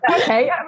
Okay